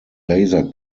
laser